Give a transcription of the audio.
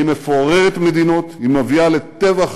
היא מפוררת מדינות, היא מביאה לטבח